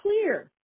clear